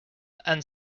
and